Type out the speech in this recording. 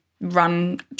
run